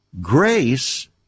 grace